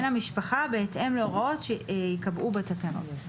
המשפחה בהתאם להראות שייקבעו בתקנות.